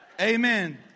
Amen